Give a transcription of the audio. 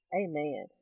Amen